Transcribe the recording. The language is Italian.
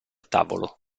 tavolo